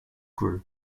grew